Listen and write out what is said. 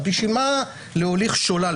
אז בשביל מה להוליך שולל?